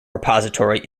repository